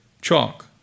chalk